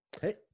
Hey